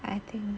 I think